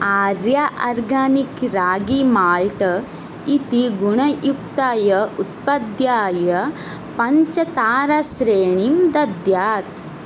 आर्या organic ragi malt इति गुणयुक्ताय उत्पाद्याय पञ्चताराश्रेणीं दद्यात्